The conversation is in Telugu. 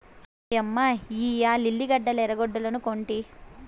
ఓయమ్మ ఇయ్యి లిల్లీ గడ్డలా ఎర్రగడ్డలనుకొంటి